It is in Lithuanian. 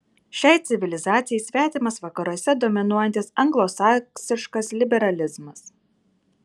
šiai civilizacijai svetimas vakaruose dominuojantis anglosaksiškas liberalizmas